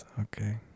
Okay